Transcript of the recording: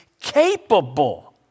capable